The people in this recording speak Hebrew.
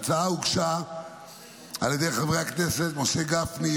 ההצעה הוגשה על ידי חברי הכנסת משה גפני,